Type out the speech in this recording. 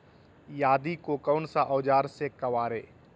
आदि को कौन सा औजार से काबरे?